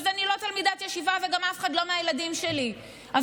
אז אני לא תלמידת ישיבה וגם אף אחד מהילדים שלי לא,